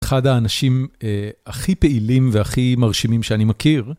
אחד האנשים הכי פעילים והכי מרשימים שאני מכיר.